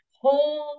whole